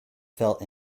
felt